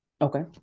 Okay